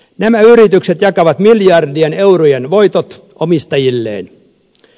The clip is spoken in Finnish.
nämä yritykset jakavat miljardien eurojen voitot omistajilleen